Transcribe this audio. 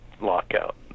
lockout